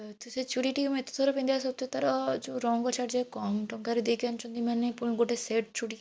ସେ ଚୁଡ଼ିଟିକି ମୁଁ ଏତେଥର ପିନ୍ଧିବା ସତ୍ତ୍ୱେ ତା'ର ଯେଉଁ ରଙ୍ଗ ଛାଡ଼ିଯାଏ କମ୍ ଟଙ୍କାରେ ଦେଇକି ଆଣିଛନ୍ତି ମାନେ ପୁଣି ଗୋଟେ ସେଟ୍ ଚୁଡ଼ି